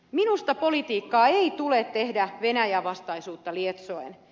minusta politiikkaa ei tule tehdä venäjä vastaisuutta lietsoen